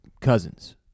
Cousins